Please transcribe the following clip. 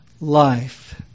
life